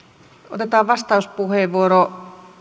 otetaan vastauspuheenvuoro